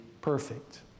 PERFECT